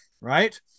right